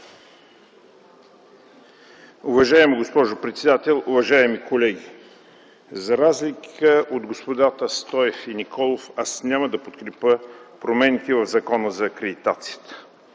Уважаема госпожо председател, уважаеми колеги! За разлика от господата Стоев и Николов, аз няма да подкрепя промените в Закона за акредитация.